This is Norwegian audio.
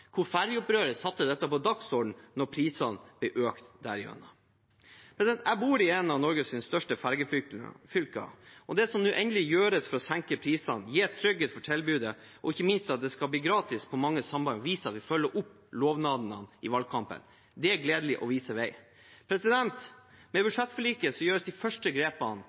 hvor fergeopprøret satte dette på dagsordenen da prisene ble økt derav. Jeg bor i et av Norges største fergefylker, og det som nå endelig gjøres for å senke prisene, gi trygghet for tilbudet, og ikke minst at det skal bli gratis på mange samband, viser at vi følger opp lovnadene i valgkampen. Det er gledelig og viser vei. Med budsjettforliket gjøres de første grepene